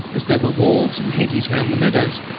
as there were walls and hedges round the meadows.